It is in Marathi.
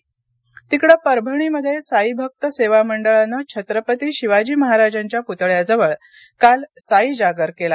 साईजागर परभणी तिकडे परभणीमध्ये साईभक्त सेवा मंडळानं छत्रपती शिवाजी महाराजांच्या पुतळ्याजवळ काल साईजागर केला